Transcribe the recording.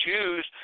choose